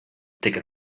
ticket